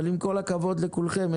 עם כל הכבוד לכולכם,